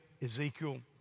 Ezekiel